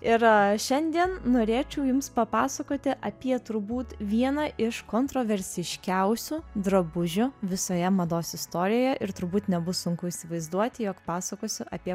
ir šiandien norėčiau jums papasakoti apie turbūt vieną iš kontroversiškiausių drabužių visoje mados istorijoje ir turbūt nebus sunku įsivaizduoti jog pasakosiu apie